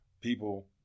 people